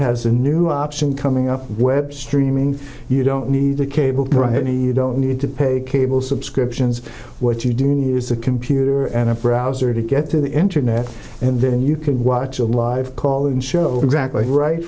has a new option coming up web streaming you don't need the cable privately you don't need to pay cable subscriptions what you do need is a computer and a browser to get to the internet and then you can watch a live call in show exactly right